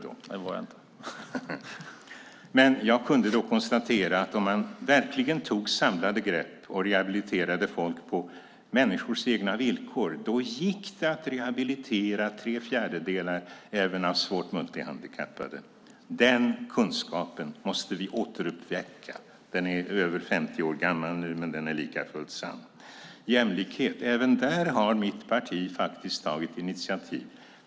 : Det var jag inte.) Jag kunde då konstatera att om man verkligen tog samlade grepp och rehabiliterade människor på deras egna villkor gick det att rehabilitera tre fjärdedelar även av svårt multihandikappade. Den kunskapen måste vi återuppväcka. Den är över 50 år gammal nu, men den är likafullt sann. Även när det gäller jämlikhet har mitt parti faktiskt tagit initiativ.